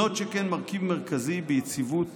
זאת, שכן מרכיב מרכזי ביציבות